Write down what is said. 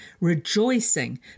rejoicing